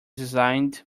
designated